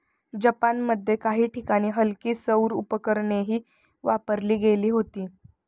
जपानमध्ये काही ठिकाणी हलकी सौर उपकरणेही वापरली गेली होती